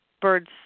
birds